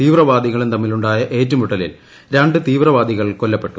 തീവ്രവാദികളും തൃമ്മിലുണ്ടായ ഏറ്റുമുട്ടലിൽ രണ്ട് തീവ്രവാദികൾ ക്കൊല്ല്പ്പെട്ടു